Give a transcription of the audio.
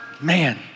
man